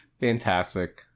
Fantastic